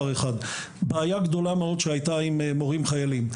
בעיה גדולה מאוד שהייתה עם מורים חיילים,